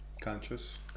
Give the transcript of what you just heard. conscious